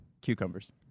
Cucumbers